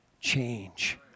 change